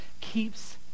keeps